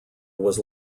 was